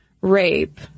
rape